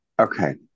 Okay